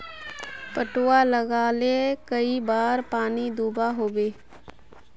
पटवा लगाले कई बार पानी दुबा होबे?